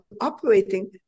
operating